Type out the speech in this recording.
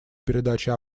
передачи